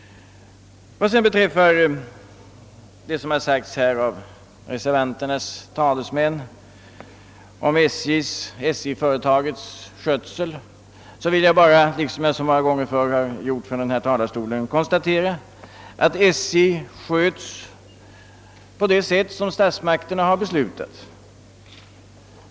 Beträffande det som sagts av reservanternas talesmän om SJ:s skötsel vill jag bara — som jag gjort så många gånger förr från denna talarstol — konstatera att SJ sköts på det sätt som statsmakterna har fattat beslut om.